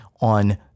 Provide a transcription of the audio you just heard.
on